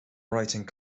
writing